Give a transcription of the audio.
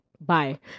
Bye